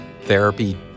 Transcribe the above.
therapy